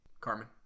Carmen